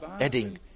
adding